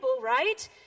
right